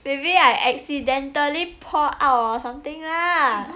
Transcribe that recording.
maybe I accidentally pour out or something lah